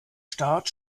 start